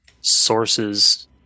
sources